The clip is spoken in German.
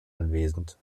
anwesend